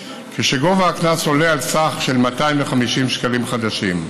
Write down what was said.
כשגובה הקנס עולה על סך של 250 שקלים חדשים.